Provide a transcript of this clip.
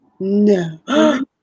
No